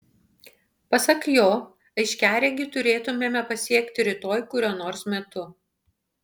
pasak jo aiškiaregį turėtumėme pasiekti rytoj kuriuo nors metu